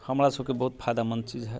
हमरा सबके बहुत फायदामन्द चीज है